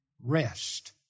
rest